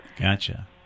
Gotcha